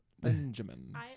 Benjamin